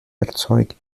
erzeugt